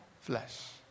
flesh